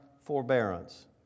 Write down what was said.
forbearance